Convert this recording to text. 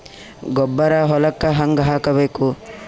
ಗೊಬ್ಬರ ಹೊಲಕ್ಕ ಹಂಗ್ ಹಾಕಬೇಕು?